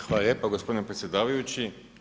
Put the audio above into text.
Hvala lijepa gospodine predsjedavajući.